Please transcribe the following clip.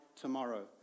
tomorrow